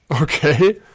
Okay